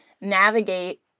navigate